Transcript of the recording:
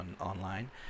online